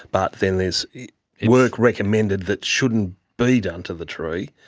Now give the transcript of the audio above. but then there's work recommended that shouldn't be done to the tree.